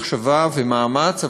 וזה בעיקר מחייב הרבה מחשבה ומאמץ,